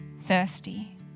thirsty